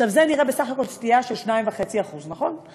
עכשיו, זה נראה בסך הכול סטייה של 2.5%, נכון?